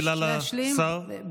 שאלה לשר?